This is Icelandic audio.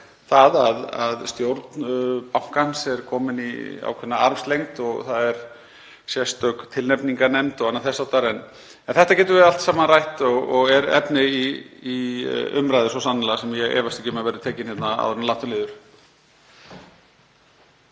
varðar það að stjórn bankans er komin í ákveðna armslengd og það er sérstök tilnefningarnefnd og annað þess háttar. En þetta getum við allt saman rætt og er efni í umræðu, svo sannarlega, sem ég efast ekki um að verður tekin hérna áður en langt um líður.